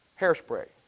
Hairspray